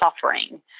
suffering